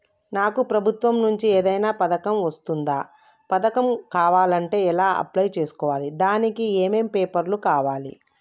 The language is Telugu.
నాకు ప్రభుత్వం నుంచి ఏదైనా పథకం వర్తిస్తుందా? పథకం కావాలంటే ఎలా అప్లై చేసుకోవాలి? దానికి ఏమేం పేపర్లు కావాలి?